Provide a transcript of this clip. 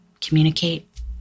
communicate